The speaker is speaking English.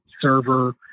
server